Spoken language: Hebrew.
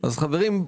אז חברים,